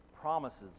promises